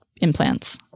implants